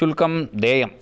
शुल्कं देयम्